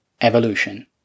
evolution